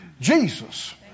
Jesus